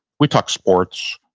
we talk sports.